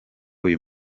uyu